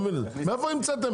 אימאן ח'טיב יאסין (רע"מ,